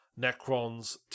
Necrons